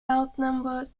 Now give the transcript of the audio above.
outnumbered